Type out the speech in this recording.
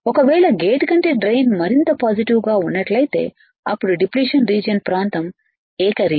ఒకవేళ గేట్ కంటే డ్రెయిన్ మరింత పాజిటివ్ గా ఉన్నట్లయితే అప్పుడు డిప్లిషన్ రీజియన్ ప్రాంతం ఏకరీతి